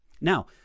Now